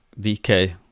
dk